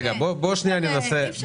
חבר'ה, אני התבלבלתי אפילו.